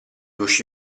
uscì